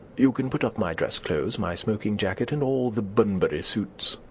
you can put up my dress clothes, my smoking jacket, and all the bunbury suits.